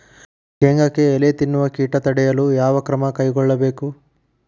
ಶೇಂಗಾಕ್ಕೆ ಎಲೆ ತಿನ್ನುವ ಕೇಟ ತಡೆಯಲು ಯಾವ ಕ್ರಮ ಕೈಗೊಳ್ಳಬೇಕು?